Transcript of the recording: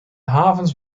havens